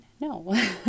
No